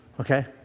Okay